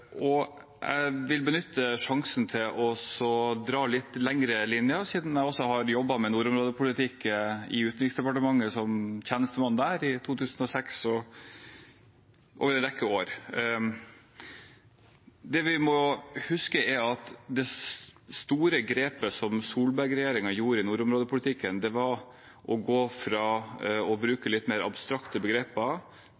Jeg vil benytte sjansen til å dra litt lengre linjer, siden jeg også har jobbet med nordområdepolitikk i Utenriksdepartementet, som tjenestemann der i en rekke år. Det vi må huske, er at det store grepet som Solberg-regjeringen tok i nordområdepolitikken, var å gå fra å